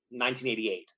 1988